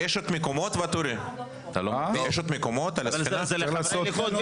אנחנו מחכים עדיין גם לעו"ד לילך שלום,